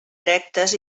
erectes